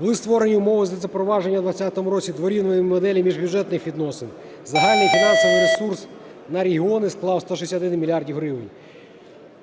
Були створені умови для запровадження в 2020 році дворівневої моделі міжбюджетних відносин, загальний фінансовий ресурс на регіони склав 161 мільярд гривень.